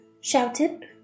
shouted